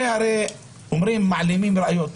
הרי אומרים שמעלימים ראיות.